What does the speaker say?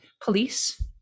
police